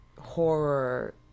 horror